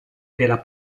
della